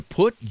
put